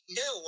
no